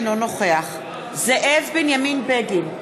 אינו נוכח זאב בנימין בגין,